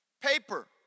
Paper